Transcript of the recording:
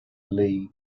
league